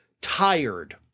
tired